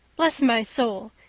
bless my soul,